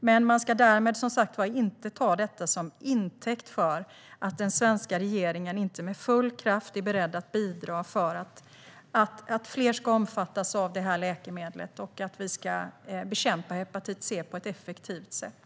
Men man ska inte ta detta som intäkt för att den svenska regeringen inte med full kraft är beredd att bidra till att fler ska omfattas av behandling med det här läkemedlet och till att vi ska bekämpa hepatit C på ett effektivt sätt.